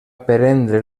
prendre